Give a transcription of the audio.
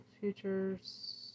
futures